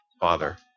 Father